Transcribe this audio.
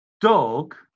dog